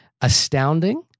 astounding